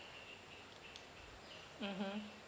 mmhmm